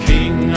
King